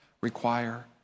require